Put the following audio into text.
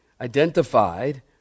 identified